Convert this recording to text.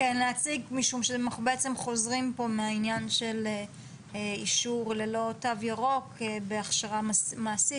משום שאנחנו בעצם חוזרים פה מהעניין של אישור ללא תו ירוק בהכשרה מעשית,